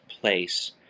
place